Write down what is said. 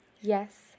Yes